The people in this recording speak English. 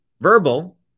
Verbal